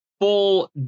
full